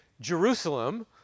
Jerusalem